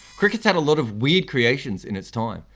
cricket's had a lot of weird creations in its time,